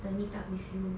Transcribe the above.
the meetup with you